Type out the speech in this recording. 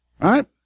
Right